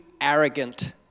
arrogant